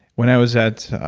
when i was at,